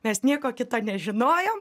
mes nieko kito nežinojom